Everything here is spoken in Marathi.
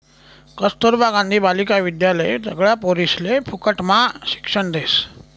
कस्तूरबा गांधी बालिका विद्यालय सगळ्या पोरिसले फुकटम्हा शिक्षण देस